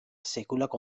sekulako